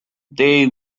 they